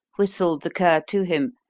whistled the cur to him,